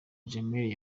jammeh